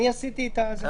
אני עשיתי את ה --- בסדר.